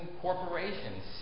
corporations